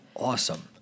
Awesome